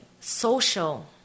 social